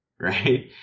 Right